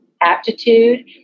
aptitude